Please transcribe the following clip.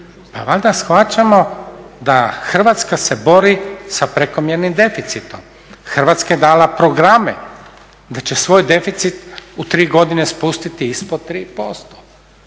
pa valjda shvaćamo da Hrvatska se bori sa prekomjernim deficitom, Hrvatska je dala programe da će svoj deficit u 3 godine spustiti ispod 3%.